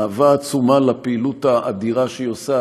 אהבה עצומה לפעילות האדירה שהיא עושה,